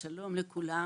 שלום לכולם,